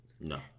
No